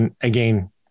again